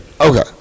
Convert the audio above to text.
Okay